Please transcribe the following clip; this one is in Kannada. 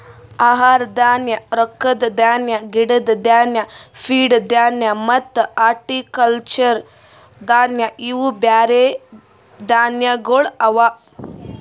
ಆಹಾರ ಧಾನ್ಯ, ರೊಕ್ಕದ ಧಾನ್ಯ, ಗಿಡದ್ ಧಾನ್ಯ, ಫೀಡ್ ಧಾನ್ಯ ಮತ್ತ ಹಾರ್ಟಿಕಲ್ಚರ್ ಧಾನ್ಯ ಇವು ಬ್ಯಾರೆ ಧಾನ್ಯಗೊಳ್ ಅವಾ